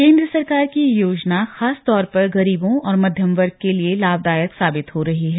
केंद्र सरकार की ये योजना खासतौर पर गरीबों और मध्यम वर्ग के लिए लाभदायक साबित हो रही है